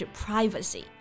privacy